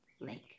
Lake